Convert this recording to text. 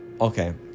Okay